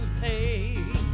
pay